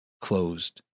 closed